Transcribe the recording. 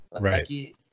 Right